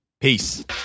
Peace